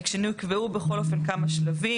כשנקבעו בכל אופן כמה שלבים.